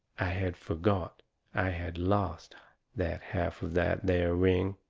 i had forgot i had lost that half of that there ring!